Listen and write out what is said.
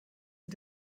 sie